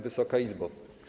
Wysoka Izbo!